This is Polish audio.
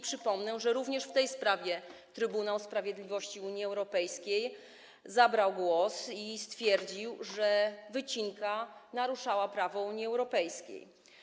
Przypomnę, że również w tej sprawie Trybunał Sprawiedliwości Unii Europejskiej zabrał głos i stwierdził, że wycinka naruszała prawo Unii Europejskiej.